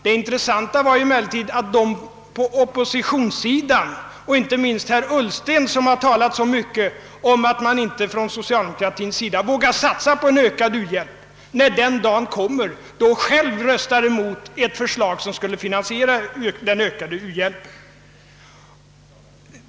Det intressanta var emellertid att de på oppositionssidan — inte minst herr Ullsten — som talat så mycket om att man inte från socialdemokratiens sida vågar satsa på en ökad u-hjälp själva röstade emot ett förslag som skulle finansiera den ökade u-hjälpen.